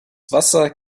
wasser